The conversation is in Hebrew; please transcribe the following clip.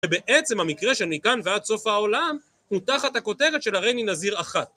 בעצם המקרה שאני כאן ועד סוף העולם הוא תחת הכותרת של הריני נזיר אחת